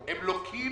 הם לוקים